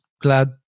glad